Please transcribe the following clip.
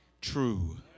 true